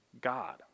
God